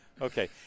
Okay